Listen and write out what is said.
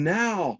now